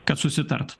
kad susitart